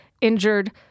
injured